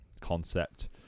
concept